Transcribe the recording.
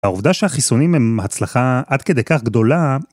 העובדה שהחיסונים הם הצלחה עד כדי כך גדולה,